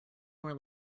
more